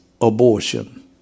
abortion